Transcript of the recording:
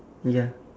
ya